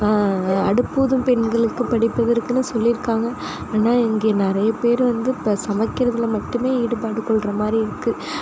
அடுப்பூதும் பெண்களுக்கு படிப்பெதற்குனு சொல்லியிருக்காங்க ஆனால் இங்கே நிறைய பேர் வந்து இப்போ சமைக்கிறதில் மட்டுமே ஈடுபாடு கொள்கிற மாதிரி இருக்குது